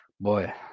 boy